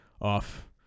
off